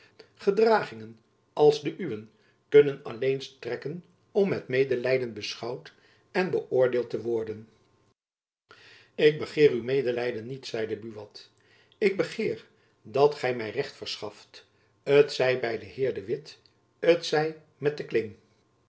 gedragingen als de uwen kunnen alleen strekken om met medelijden beschouwd en beöordeeld te worden ik begeer uw medelijden niet zeide buat ik begeer dat gy my recht verschaft t zij by den heer de witt t zij met de kling